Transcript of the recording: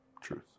Truth